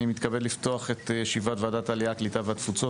אני מתכבד לפתוח את ישיבת העלייה הקליטה והתפוצות